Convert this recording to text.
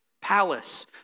palace